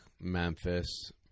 Memphis